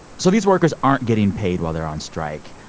so these workers aren't getting paid while they're on strike.